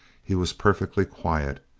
he was perfectly quiet.